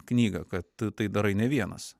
knygą kad tai darai ne vienas